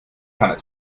tanne